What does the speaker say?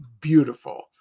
beautiful